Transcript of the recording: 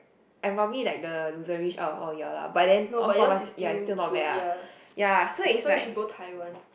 no but yours is still good ya that's why we should go taiwan